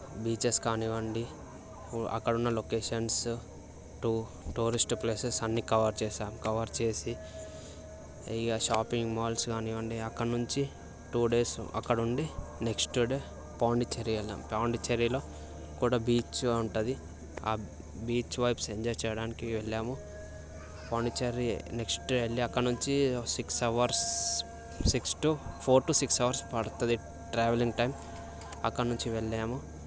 beaches కానీవ్వండి అక్కడ ఉన్న లొకేషన్స్ టు టూరిస్ట్ ప్లేసెస్ అన్నీ కవర్ చేసాం కవర్ చేసి ఇక షాపింగ్ మాల్స్ కానివ్వండి అక్కడి నుంచి టూ డేస్ అక్కడ ఉండి నెక్స్ట్ డే పాండిచ్చేరి వెళ్ళాం పాండిచ్చేరిలో కూడా బీచ్ ఉంటుంది ఆ బీచ్ వైబ్స్ ఎంజాయ్ చేయడానికి వెళ్ళాము పాండిచ్చేరి నెక్స్ట్ వెళ్ళి అక్కడ నుంచి six hours four to six hours పడతుంది ట్రావెలింగ్ టైం అక్కడ నుంచి వెళ్ళాము